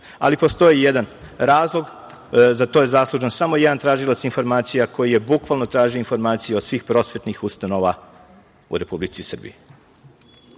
Ali, postoji jedan razlog. Za to je zaslužan samo jedan tražilac informacija, koji je bukvalno tražio informaciju od svih prosvetnih ustanova u Republici Srbiji.